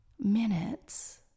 minutes